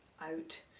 out